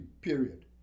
period